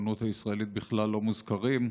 שבעיתונות הישראלית בכלל לא מוזכרים,